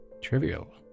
trivial